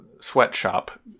sweatshop